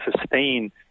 sustain